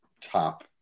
top